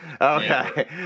Okay